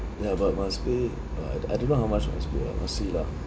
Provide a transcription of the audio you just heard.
ya but must pay uh I I don't know how much we must pay ah must see lah